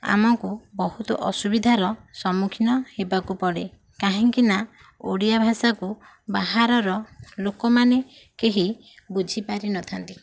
ଆମକୁ ବହୁତ ଅସୁବିଧାର ସମ୍ମୁଖୀନ ହେବାକୁ ପଡ଼େ କାହିଁକି ନା ଓଡ଼ିଆ ଭାଷାକୁ ବାହାରର ଲୋକମାନେ କେହି ବୁଝି ପାରିନଥାନ୍ତି